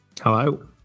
hello